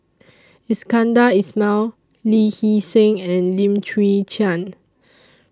Iskandar Ismail Lee Hee Seng and Lim Chwee Chian